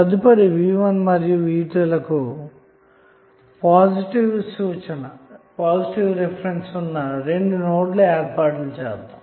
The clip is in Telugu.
తరువాత v1 మరియు v2 లకు పాజిటివ్ రిఫరెన్స్ ఉన్న రెండు నోడ్లను ఏర్పాటు చేద్దాము